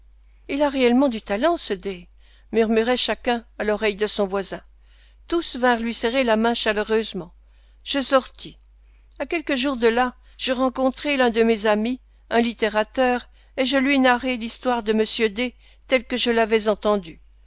il a réellement du talent ce d murmurait chacun à l'oreille de son voisin tous vinrent lui serrer la main chaleureusement je sortis à quelques jours de là je rencontrai l'un de mes amis un littérateur et je lui narrai l'histoire de m d telle que je l'avais entendue